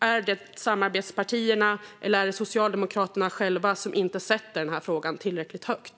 Är det samarbetspartierna, eller är det Socialdemokraterna själva som inte har satt den här frågan tillräckligt högt?